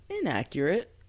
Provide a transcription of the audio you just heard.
Inaccurate